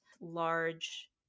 large